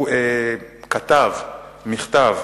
הוא כתב מכתב